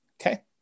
Okay